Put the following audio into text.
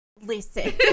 listen